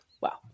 Wow